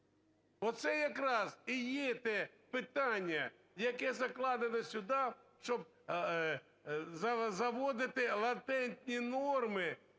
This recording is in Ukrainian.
Оце якраз і є те питання, яке закладене сюди, щоб заводити латентні норми,